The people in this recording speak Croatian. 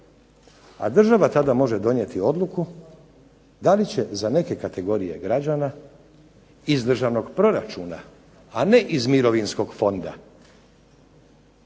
a država tada moći donijeti odluku da li će za neke kategorije umirovljenika, ali iz državnog proračuna, a ne iz mirovinskog fonda